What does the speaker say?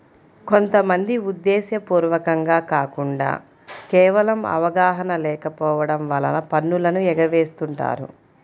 కొంత మంది ఉద్దేశ్యపూర్వకంగా కాకుండా కేవలం అవగాహన లేకపోవడం వలన పన్నులను ఎగవేస్తుంటారు